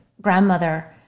grandmother